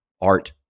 art